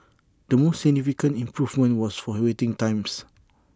the most significant improvement was for waiting times